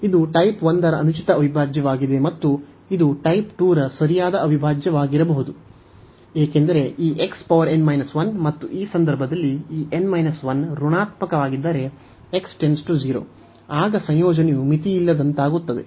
ಇದು ಟೈಪ್ 1 ರ ಅನುಚಿತ ಅವಿಭಾಜ್ಯವಾಗಿದೆ ಮತ್ತು ಇದು ಟೈಪ್ 2 ರ ಸರಿಯಾದ ಅವಿಭಾಜ್ಯವಾಗಿರಬಹುದು ಏಕೆಂದರೆ ಈ ಮತ್ತು ಈ ಸಂದರ್ಭದಲ್ಲಿ ಈ n 1 ಋಣಾತ್ಮಕವಾಗಿದ್ದರೆ x → 0 ಆಗ ಸಂಯೋಜನೆಯು ಮಿತಿಯಿಲ್ಲದಂತಾಗುತ್ತದೆ